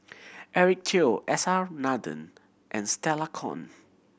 Eric Teo S R Nathan and Stella Kon